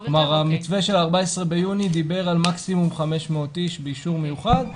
המתווה של ה-14 ביוני דיבר על מקסימום 500 איש באישור מיוחד.